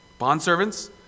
Bondservants